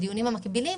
בדיונים המקבילים,